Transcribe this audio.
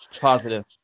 Positive